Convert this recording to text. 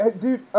Dude